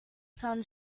sun